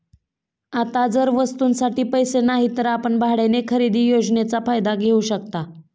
आता जर वस्तूंसाठी पैसे नाहीत तर आपण भाड्याने खरेदी योजनेचा फायदा घेऊ शकता